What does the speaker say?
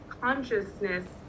consciousness